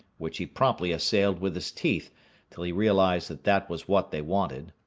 which he promptly assailed with his teeth till he realized that that was what they wanted.